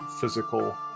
physical